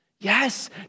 Yes